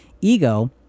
Ego